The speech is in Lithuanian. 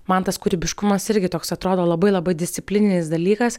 man tas kūrybiškumas irgi toks atrodo labai labai disciplininis dalykas